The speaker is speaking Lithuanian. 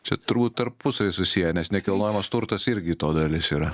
čia turbūt tarpusavy susiję nes nekilnojamas turtas irgi to dalis yra